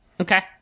Okay